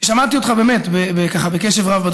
שמעתי אותך בקשב רב,